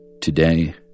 Today